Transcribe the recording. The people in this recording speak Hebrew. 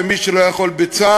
ומי שלא יכול בצה"ל,